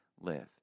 live